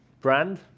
Brand